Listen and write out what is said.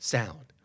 Sound